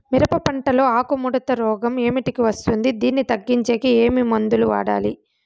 మిరప పంట లో ఆకు ముడత రోగం ఏమిటికి వస్తుంది, దీన్ని తగ్గించేకి ఏమి మందులు వాడాలి?